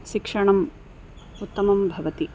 शिक्षणम् उत्तमं भवति